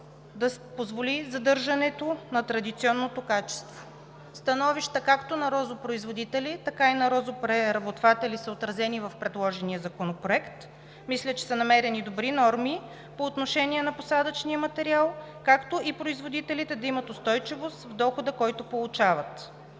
да позволи задържането на традиционното качество. Становища, както на розопроизводители, така и на розопреработватели, са отразени в предложения законопроект. Мисля, че са намерени добри норми по отношение на посадъчния материал, както и производителите да имат устойчивост в дохода, който получават.